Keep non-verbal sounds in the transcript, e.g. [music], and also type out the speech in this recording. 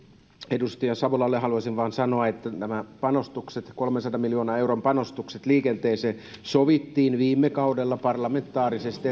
edustaja savolalle haluaisin vain sanoa että nämä panostukset kolmensadan miljoonan euron panostukset liikenteeseen sovittiin viime kaudella parlamentaarisesti [unintelligible]